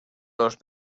los